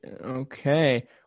Okay